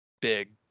big